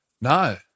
No